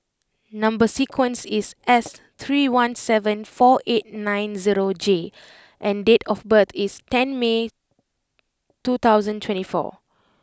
number sequence is S three one seven four eight nine zero J and date of birth is ten May two thousand twenty four